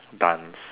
dance